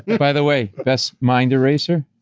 by the way, best mind eraser,